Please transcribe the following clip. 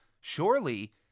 Surely